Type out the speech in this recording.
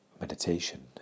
meditation